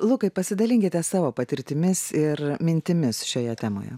lukai pasidalinkite savo patirtimis ir mintimis šioje temoje